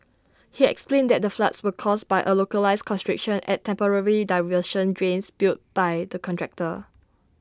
he explained that the floods were caused by A localised constriction at temporary diversion drains built by the contractor